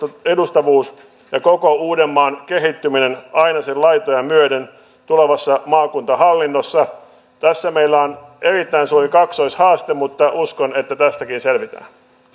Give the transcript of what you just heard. edustavuus ja koko uudenmaan kehittyminen aina sen laitoja myöden tulevassa maakuntahallinnossa tässä meillä on erittäin suuri kaksoishaaste mutta uskon että tästäkin selvitään herra